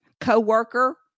Coworker